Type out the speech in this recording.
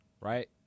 right